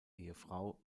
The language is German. ehefrau